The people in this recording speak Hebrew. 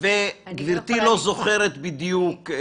וגברתי לא זוכרת בדיוק?